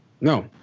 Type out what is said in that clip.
no